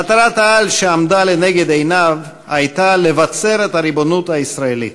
מטרת-העל שעמדה לנגד עיניו הייתה לבצר את הריבונות הישראלית.